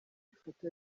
ifoto